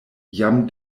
jam